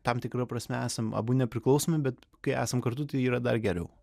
tam tikra prasme esam abu nepriklausomi bet kai esam kartu tai yra dar geriau